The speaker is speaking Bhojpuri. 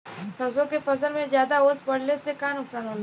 सरसों के फसल मे ज्यादा ओस पड़ले से का नुकसान होला?